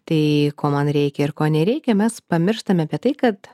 tai ko man reikia ir ko nereikia mes pamirštame apie tai kad